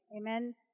Amen